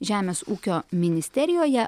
žemės ūkio ministerijoje